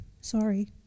Sorry